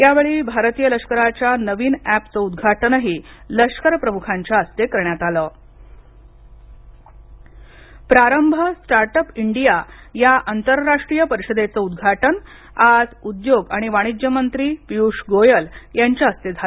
यावेळी भारतीय लष्कराच्या नवीन एप च उद्घाटन हि लष्कर प्रमुखांच्या हस्ते करण्यात आलं मोदी प्रारंभ प्रारंभ स्टार्ट अप इंडिया या आंतरराष्ट्रीय परिषदेचं उद्घाटन आज उद्योग आणि वाणिज्य मंत्री पीयूष गोयल यांच्या हस्ते झालं